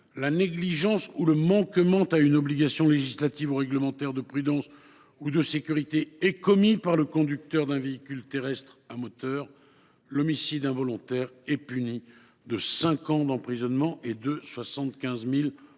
la négligence ou le manquement à une obligation législative ou réglementaire de prudence ou de sécurité […] est commis par le conducteur d’un véhicule terrestre à moteur, l’homicide involontaire est puni de cinq ans d’emprisonnement et de 75 000 euros d’amende